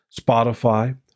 Spotify